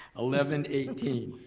eleven eighteen.